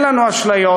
אין לנו אשליות,